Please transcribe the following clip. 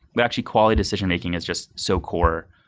but, actually, quality decision-making is just so core.